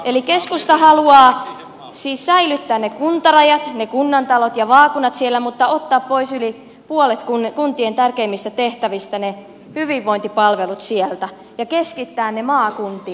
eli keskusta haluaa siis säilyttää ne kuntarajat ne kunnantalot ja vaakunat siellä mutta ottaa pois yli puolet kuntien tärkeimmistä tehtävistä ne hyvinvointipalvelut sieltä ja keskittää ne maakuntiin